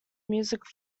music